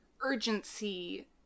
urgency